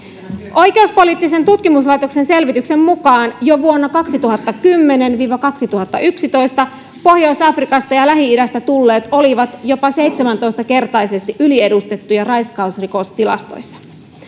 oikeuspoliittisen tutkimuslaitoksen selvityksen mukaan jo vuonna kaksituhattakymmenen viiva kaksituhattayksitoista pohjois afrikasta ja lähi idästä tulleet olivat jopa seitsemäntoista kertaisesti yliedustettuja raiskausrikostilastoissa